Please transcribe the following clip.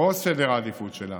בראש סדר העדיפויות שלה,